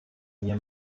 mir